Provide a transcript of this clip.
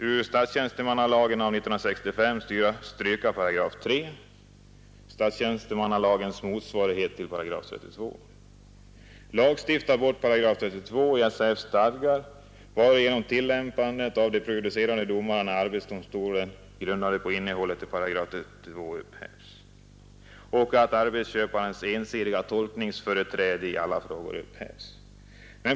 Ur statstjänstemannalagen av 1965 skall man stryka 3 §— statstjänstemannalagens motsvarighet till § 32. Man skall lagstifta bort § 32 i SAF:s stadgar, varigenom tillämpandet av de prejudicerande domarna i arbetsdomstolen grundade på innehållet i § 32 upphävs. Arbetsköparnas ensidiga tolkningsföreträde i alla frågor upphävs.